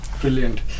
Brilliant